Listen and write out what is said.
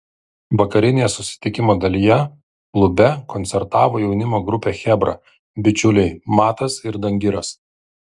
vakarinėje susitikimo dalyje klube koncertavo jaunimo grupė chebra bičiuliai matas ir dangiras